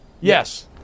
Yes